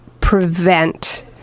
prevent